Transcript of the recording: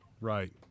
Right